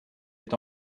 est